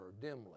dimly